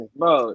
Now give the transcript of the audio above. bro